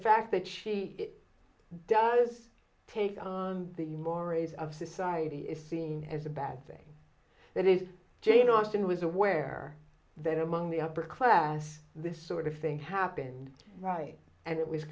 fact that she does take on the mores of society is seen as a bad thing it is jane austen was aware that among the upper class this sort of thing happened and it was